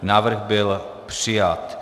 Návrh byl přijat.